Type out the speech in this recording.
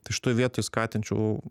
tai šitoj vietoj skatinčiau